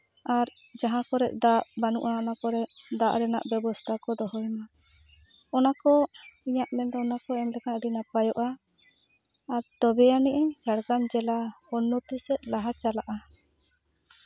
ᱟᱨ ᱡᱟᱦᱟᱸ ᱠᱚᱨᱮᱫ ᱫᱟᱜ ᱵᱟᱹᱱᱩᱜᱼᱟ ᱚᱱᱟ ᱠᱚᱨᱮᱫ ᱫᱟᱜ ᱨᱮᱱᱟᱜ ᱵᱮᱵᱚᱥᱛᱷᱟ ᱠᱚ ᱫᱚᱦᱚᱭᱢᱟ ᱚᱱᱟᱠᱚ ᱤᱧᱟᱹᱜ ᱢᱮᱱᱫᱚ ᱚᱱᱟ ᱠᱚ ᱮᱢ ᱞᱮᱠᱷᱟᱱ ᱟᱹᱰᱤ ᱱᱟᱯᱟᱭᱚᱜᱼᱟ ᱟᱨ ᱛᱚᱵᱮᱭᱟᱹᱱᱤᱡ ᱡᱷᱟᱲᱜᱨᱟᱢ ᱡᱮᱞᱟ ᱩᱱᱱᱚᱛᱤ ᱥᱮᱫ ᱞᱟᱦᱟ ᱪᱟᱞᱟᱜᱼᱟ